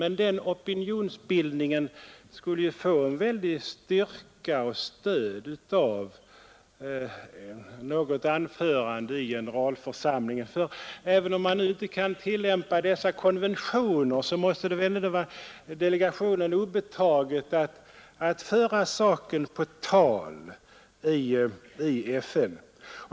Men en sådan opinionsbildning skulle ju få styrka och stöd av något anförande i generalförsamlingen. Även om man nu inte kan tillämpa FN:s konventioner, så måste det väl ändå vara den svenska delegationen obetaget att föra saken på tal i FN.